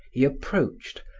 he approached,